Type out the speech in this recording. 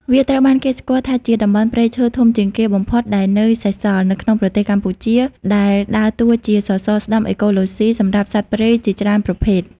វាត្រូវបានគេស្គាល់ថាជា តំបន់ព្រៃឈើធំជាងគេបំផុតដែលនៅសេសសល់ នៅក្នុងប្រទេសកម្ពុជា ដែលដើរតួជាសសរស្តម្ភអេកូឡូស៊ីសម្រាប់សត្វព្រៃជាច្រើនប្រភេទ។